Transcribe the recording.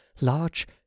large